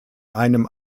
einem